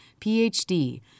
PhD